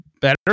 better